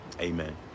Amen